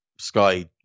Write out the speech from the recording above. Sky